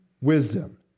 wisdom